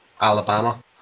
Alabama